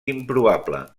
improbable